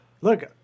look